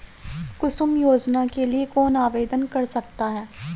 कुसुम योजना के लिए कौन आवेदन कर सकता है?